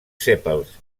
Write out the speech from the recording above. sèpals